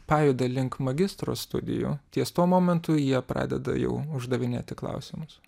pajuda link magistro studijų ties tuo momentu jie pradeda jau uždavinėti klausimus